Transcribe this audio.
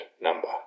number